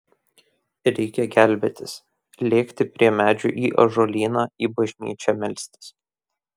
reikia gelbėtis lėkti prie medžių į ąžuolyną į bažnyčią melstis